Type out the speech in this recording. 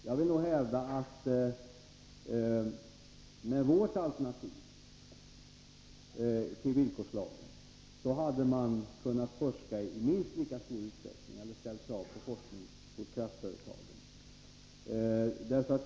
Jag vill nog hävda: Med vårt alternativ till villkorslagen hade vi ställt krav på forskning hos kraftföretagen i minst lika stor utsträckning.